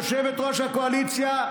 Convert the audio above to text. יושבת-ראש הקואליציה,